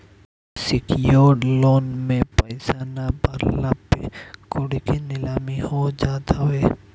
secured loan में पईसा ना भरला पे कुड़की नीलामी हो जात हवे